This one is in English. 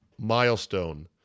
milestone